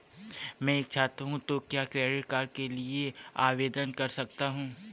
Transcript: मैं एक छात्र हूँ तो क्या क्रेडिट कार्ड के लिए आवेदन कर सकता हूँ?